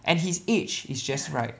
and his age is just right